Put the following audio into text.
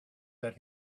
that